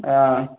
ஆ